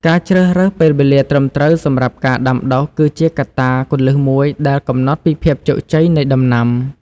ការជ្រើសរើសពេលវេលាត្រឹមត្រូវសម្រាប់ការដាំដុះ គឺជាកត្តាគន្លឹះមួយដែលកំណត់ពីភាពជោគជ័យនៃដំណាំ។